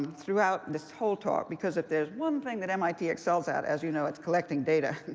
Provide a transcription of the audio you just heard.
throughout this whole talk, because if there's one thing that mit excels at, as you know, it's collecting data.